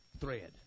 thread